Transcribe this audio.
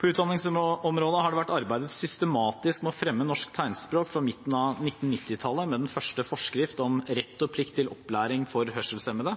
På utdanningsområdet har det vært arbeidet systematisk med å fremme norsk tegnspråk fra midten av 1990-tallet, med den første forskrift om rett og plikt til opplæring for hørselshemmede,